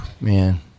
Man